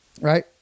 right